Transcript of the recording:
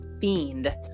fiend